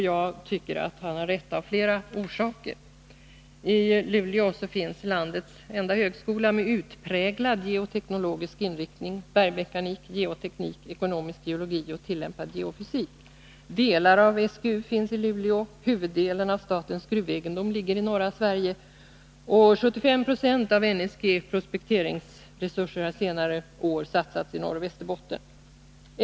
Jag tycker att han av flera orsaker har rätt. I Luleå finns landets enda högskola med utpräglad geoteknologisk inriktning — bergteknik, geoteknik, ekonomisk geologi och tillämpad geofysik. Delar av SGU finns i Luleå, och huvuddelen av statens gruvegendom ligger i norra Sverige. 75 Zo av NSG:s prospekteringsresurser har under senare år satsats i Norroch Västerbotten.